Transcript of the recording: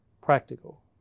Practical